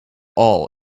all